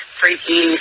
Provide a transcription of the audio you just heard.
freaky